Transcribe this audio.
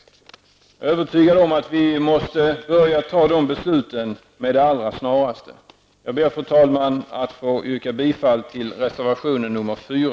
Jag är övertygad om att vi måste börja fatta de besluten med det allra snaraste. Jag ber, fru talman, att få yrka bifall till reservation nr